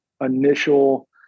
initial